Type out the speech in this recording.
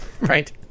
right